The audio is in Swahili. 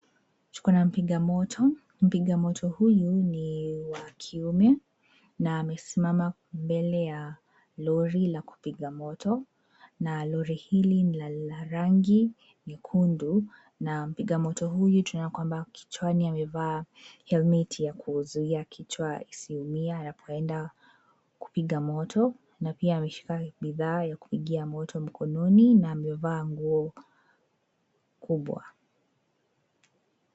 Tukona mpiga moto, mpiga moto huyu ni wa kiume na amesimama mbele ya lori la kupiga moto. Na lori hili ni la rangi nyekundu, na mpiga moto huyu tunaona kwamba kichwani amevaa, helmeti ya kuzuiya kichwa isiumie anapoenda kupiga moto, na pia ameshika bidhaa ya kupigia moto mkononi na amevaa nguo kubwa.